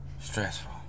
stressful